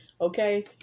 Okay